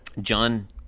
John